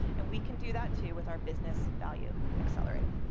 and we can do that too with our business value accelerator.